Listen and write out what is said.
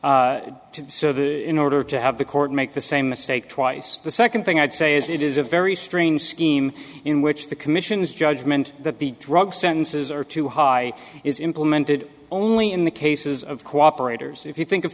that in order to have the court make the same mistake twice the second thing i'd say is it is a very strange scheme in which the commission's judgment that the drug sentences are too high is implemented only in the cases of cooperators if you think of